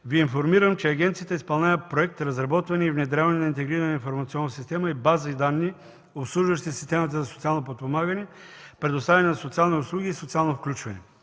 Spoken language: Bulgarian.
Ви информирам, че агенцията изпълнява Проект „Разработване и внедряване на интегрирана информационна система и бази-данни, обслужващи системата за социално подпомагане, предоставяне на социални услуги и социално включване”.